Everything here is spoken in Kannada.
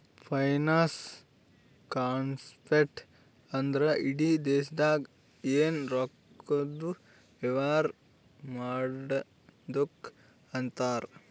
ಫೈನಾನ್ಸ್ ಕಾನ್ಸೆಪ್ಟ್ ಅಂದ್ರ ಇಡಿ ದೇಶ್ದಾಗ್ ಎನ್ ರೊಕ್ಕಾದು ವ್ಯವಾರ ಮಾಡದ್ದುಕ್ ಅಂತಾರ್